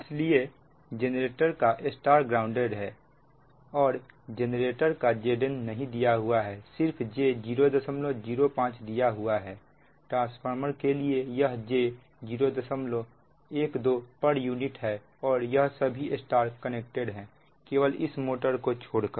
इसलिए जेनरेटर का Y grounded है और जेनरेटर का Zn नहीं दिया हुआ है सिर्फ j005 दिया हुआ है ट्रांसफार्मर के लिए यह j012 pu है और यह सभी Y कनेक्टेड है केवल इस मोटर को छोड़कर